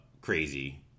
crazy